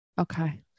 Okay